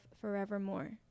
forevermore